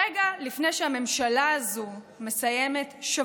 הרי כבר אין אדם אחד בפוליטיקה הישראלית שבאמת מאמין